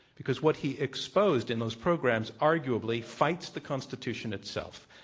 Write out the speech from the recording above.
because what he exposed in those programs arguably fights the constitution itself.